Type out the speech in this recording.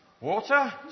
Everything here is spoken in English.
water